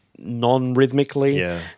non-rhythmically